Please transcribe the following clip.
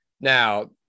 Now